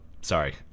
sorry